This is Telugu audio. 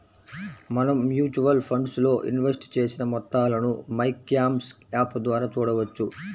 మనం మ్యూచువల్ ఫండ్స్ లో ఇన్వెస్ట్ చేసిన మొత్తాలను మైక్యామ్స్ యాప్ ద్వారా చూడవచ్చు